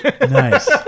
Nice